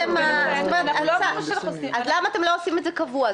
אז למה אתם לא עושים את זה קבוע?